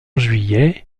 juillet